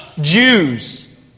Jews